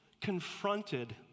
confronted